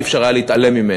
לא היה אפשר להתעלם ממנה,